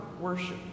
worship